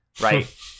right